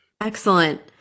Excellent